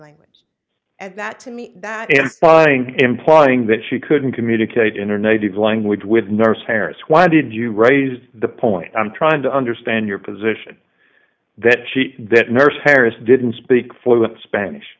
language as that to me that buying implying that she couldn't communicate in her native language with nervous parents why did you write the point i'm trying to understand your position that she that nurse harris didn't speak fluent spanish